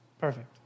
Perfect